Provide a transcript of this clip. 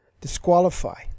disqualify